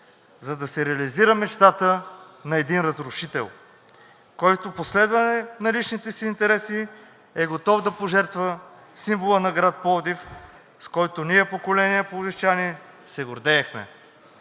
за да се реализира мечтата на един разрушител, който за последване на личните си интереси е готов да пожертва символа на град Пловдив, с който ние поколения пловдивчани се гордеехме.